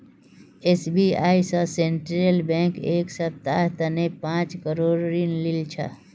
SBI स Central Bank एक सप्ताहर तने पांच करोड़ ऋण लिल छ